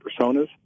personas